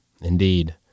indeed